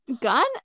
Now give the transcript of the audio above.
gun